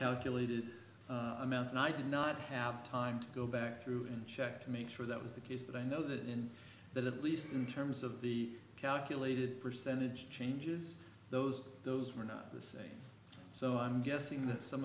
calculated amounts and i did not have time to go back through and check to make sure that was the case but i know that in that at least in terms of the calculated percentage changes those those were not the say so i'm guessing that some